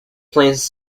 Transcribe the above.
plains